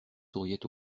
souriaient